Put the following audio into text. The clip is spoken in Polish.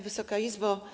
Wysoka Izbo!